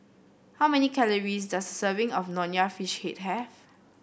how many calories does serving of Nonya Fish Head have